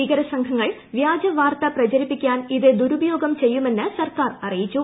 ഭീകര സംഘങ്ങൾ വ്യാജ വാർത്ത പ്രചരിപ്പിക്കാൻ ഇത് ദുരുപയോഗം ചെയ്യുമെന്ന് സർക്കാർ അറിയിച്ചു